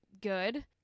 good